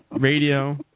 Radio